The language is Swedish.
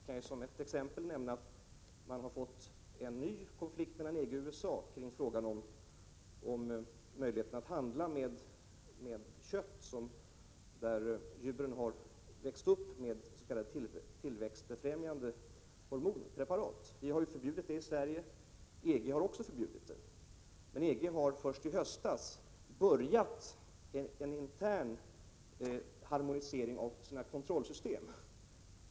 Jag kan som ett exempel nämna att vi har fått en ny konflikt mellan EG och USA kring möjligheten att handla med kött från djur som växt upp med tillväxt befrämjande hormonpreparat. Vi har förbjudit sådana preparat i Sverige, och även EG har ett förbud. Men EG har först i höstas påbörjat en intern harmonisering av sitt kontrollsystem.